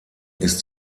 ist